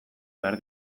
behar